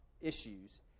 issues